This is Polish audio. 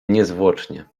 niezwłocznie